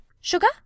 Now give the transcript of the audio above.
Sugar